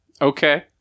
Okay